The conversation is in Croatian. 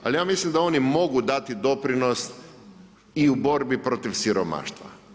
Ali ja mislim da oni mogu dati doprinos i u borbi protiv siromaštva.